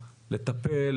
לטפל